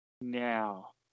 Now